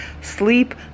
Sleep